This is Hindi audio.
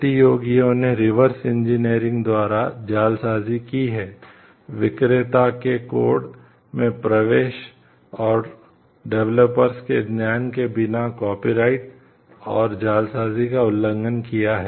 प्रतियोगियों ने रिवर्स इंजीनियरिंग और जालसाजी का उल्लंघन किया है